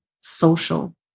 social